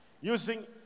using